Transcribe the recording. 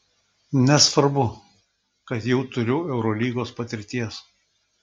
nesvarbu kad jau turiu eurolygos patirties